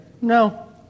no